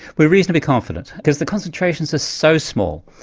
we're reasonably confident because the concentrations are so small.